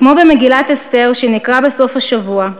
כמו במגילת אסתר, שנקרא בסוף השבוע,